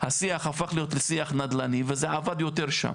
השיח הפך להיות לשיח נדל"ני וזה עבד יותר שם.